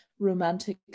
romantic